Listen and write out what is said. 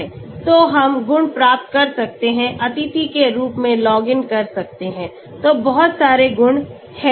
तो हम गुण प्राप्त कर सकते हैं अतिथि के रूप में लॉग इन कर सकते हैं तो बहुत सारे गुण हैं